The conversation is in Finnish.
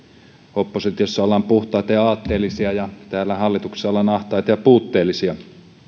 oppositiossa ollaan puhtaita ja aatteellisia ja täällä hallituksessa ollaan ahtaita ja puutteellisia